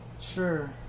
sure